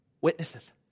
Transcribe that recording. Witnesses